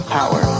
power